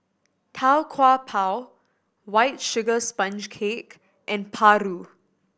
Tau Kwa Pau White Sugar Sponge Cake and paru